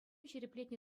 ҫирӗплетнӗ